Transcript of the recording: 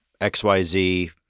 XYZ